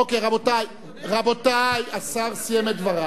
אוקיי, רבותי, רבותי, השר סיים את דבריו.